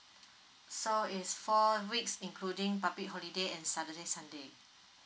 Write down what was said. so it's four weeks including public holiday and saturday sunday